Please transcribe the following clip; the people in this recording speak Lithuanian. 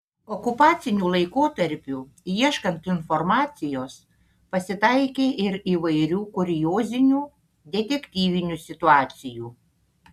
okupaciniu laikotarpiu ieškant informacijos pasitaikė ir įvairių kuriozinių detektyvinių situacijų